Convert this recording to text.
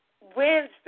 Wednesday